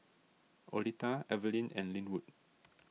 Oleta Evelyne and Lynwood